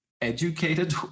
educated